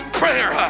prayer